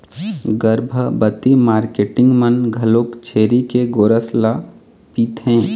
गरभबती marketing मन घलोक छेरी के गोरस ल पिथें